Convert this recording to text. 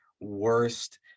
worst